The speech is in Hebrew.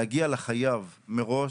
להגיע לחייב מראש,